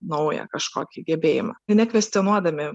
naują kažkokį gebėjimą ir nekvestionuodami